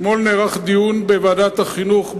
אתמול נערך דיון בוועדת החינוך,